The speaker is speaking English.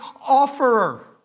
offerer